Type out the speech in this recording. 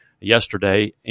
yesterday